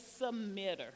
submitter